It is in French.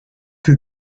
que